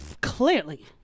Clearly